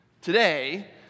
today